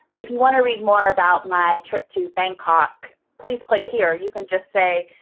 if you want to read more about my trip to bangkok, please click here, you can just say,